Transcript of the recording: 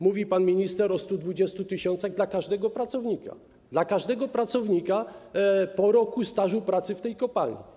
Mówi pan minister o 120 tys. dla każdego pracownika, dla każdego pracownika po roku stażu pracy w kopalni.